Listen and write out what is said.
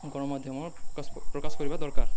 ଗଣମାଧ୍ୟମ ପ୍ରକାଶ କରିବା ଦରକାର